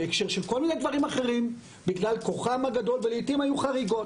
בהקשר של כל מיני דברים אחרים בגלל כוחם הגדול ולעיתים היו חריגות,